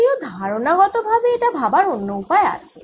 যদিও ধারণাগতভাবে এটা ভাবার অন্য উপায় আছে